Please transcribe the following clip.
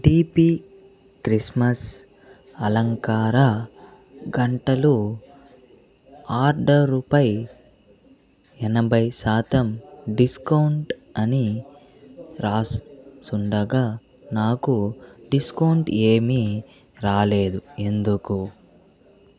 DP Christmas అలంకార గంటలు ఆర్డరుపై ఎనభై శాతం డిస్కౌంట్ అని రాసుండగా నాకు డిస్కౌంట్ ఏమీ రాలేదు ఎందుకు